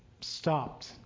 stopped